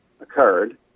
occurred